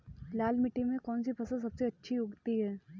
लाल मिट्टी में कौन सी फसल सबसे अच्छी उगती है?